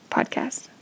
podcast